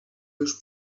już